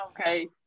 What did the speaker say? okay